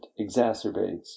exacerbates